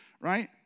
Right